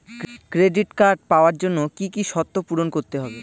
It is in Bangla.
ক্রেডিট কার্ড পাওয়ার জন্য কি কি শর্ত পূরণ করতে হবে?